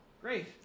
Great